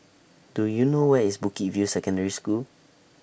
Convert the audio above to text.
Do YOU know Where IS Bukit View Secondary School